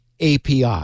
API